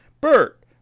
Bert